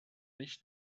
nicht